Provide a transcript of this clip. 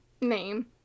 name